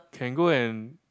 can go and